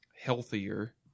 healthier